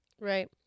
right